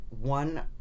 One